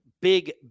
big